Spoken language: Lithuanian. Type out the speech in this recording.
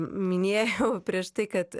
minėjau prieš tai kad